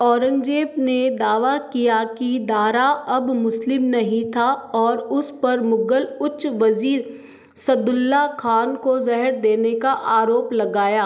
औरंगज़ेब ने दावा किया कि दारा अब मुस्लिम नहीं था और उस पर मुग़ल उच्च वज़ीर सादउल्लाह ख़ान को ज़हर देने का आरोप लगाया